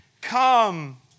come